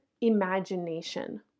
imagination